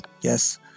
Yes